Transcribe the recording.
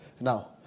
Now